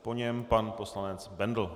Po něm pan poslanec Bendl.